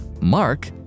Mark